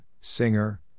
singer